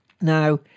Now